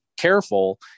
careful